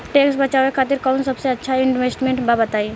Tax बचावे खातिर कऊन सबसे अच्छा इन्वेस्टमेंट बा बताई?